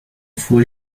fué